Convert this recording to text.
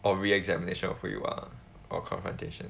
or re examination of who you are or confrontation